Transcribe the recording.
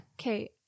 Okay